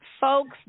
folks